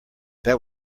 that